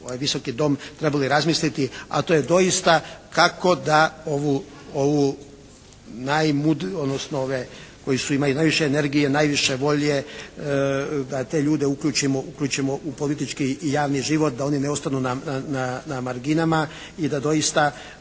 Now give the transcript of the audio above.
ovaj Visoki dom trebali razmisliti, a to je doista kako da ovu, odnosno ove koji imaju najviše energije, najviše volje da te ljude uključimo u politički i javni život, da oni ne ostanu na marginama i da doista